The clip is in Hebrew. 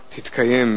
תתקיים,